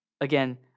Again